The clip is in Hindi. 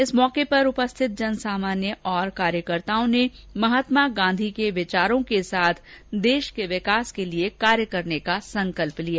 इस अवसर पर उपस्थित जनसामान्य और कार्यकर्ताओं ने महात्मा गांधीजी के विचारों के साथ देश के विकास के लिए कार्य करने का संकल्प लिया